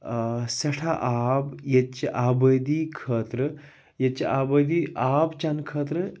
ٲں سٮ۪ٹھاہ آب ییٚتہِ چھِ آبٲدی خٲطرٕ ییٚتہِ چھِ آبٲدی آب چیٚنہٕ خٲطرٕ